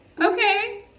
Okay